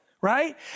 Right